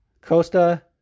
Costa